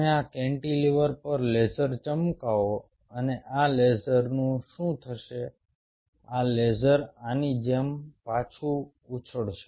તમે આ કેન્ટિલીવર પર લેસર ચમકાવો અને આ લેસરનું શું થશે આ લેસર આની જેમ પાછું ઉછળશે